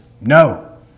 no